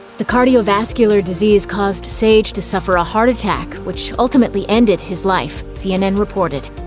the cardiovascular disease caused sage to suffer a heart attack, which ultimately ended his life, cnn reported.